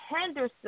Henderson